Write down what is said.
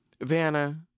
Vanna